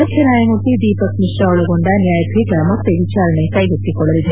ಮುಖ್ಯ ನ್ವಾಯಮೂರ್ತಿ ದೀಪಕ್ ಮಿಶ್ರಾ ಒಳಗೊಂಡ ನ್ವಾಯಪೀಠ ಮತ್ತೆ ವಿಚಾರಣೆ ಕೈಗೆತ್ತಿಕೊಳ್ಳಲಿದೆ